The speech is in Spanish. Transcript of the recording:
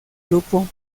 grupo